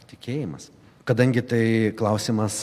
tikėjimas kadangi tai klausimas